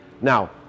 now